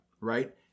right